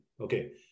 Okay